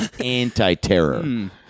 anti-terror